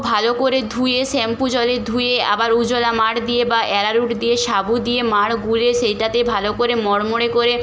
ভালো করে ধুয়ে শ্যাম্পু জলে ধুয়ে আবার উজালা মাড় দিয়ে বা অ্যারারুট দিয়ে সাবু দিয়ে মাড় গুলে সেইটাতে ভালো করে মড়মড়ে করে